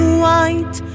white